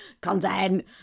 content